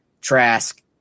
Trask